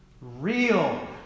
real